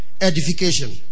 edification